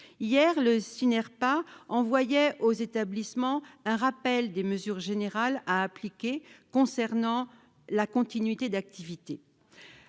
âgées (Synerpa) envoyait aux établissements un rappel des mesures générales à appliquer concernant la continuité d'activité.